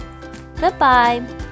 goodbye